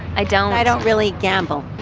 i don't. i don't really gamble.